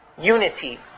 unity